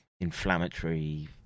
inflammatory